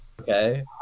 Okay